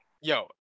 Yo